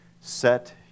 Set